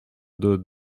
deux